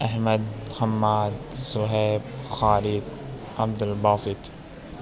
Ahmad Hammad Suhaib Khalid Abdul Basit